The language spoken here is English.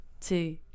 two